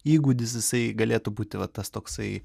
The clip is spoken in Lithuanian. įgūdis jisai galėtų būti va tas toksai